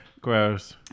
gross